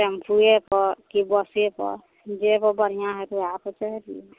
टेम्पुएपर कि बसेपर जाहिपर बढ़िआँ हेतै वएहपर चढ़ि लेब